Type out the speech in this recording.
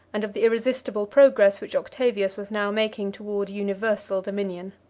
and of the irresistible progress which octavius was now making toward universal dominion.